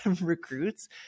recruits